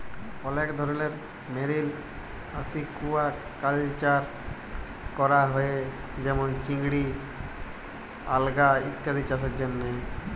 অলেক ধরলের marine aquaculture ক্যরা হ্যয়ে যেমল চিংড়ি, আলগা ইত্যাদি চাসের জন্হে